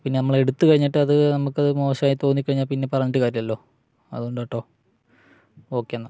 പിന്നെ നമ്മളെടുത്ത് കഴിഞ്ഞിട്ട് അത് നമുക്കത് മോശമായി തോന്നിക്കഴിഞ്ഞാല് പിന്നെ പറഞ്ഞിട്ട് കാര്യമില്ലല്ലോ അതുകൊണ്ടാണ് കേട്ടോ ഓക്കെ എന്നാല്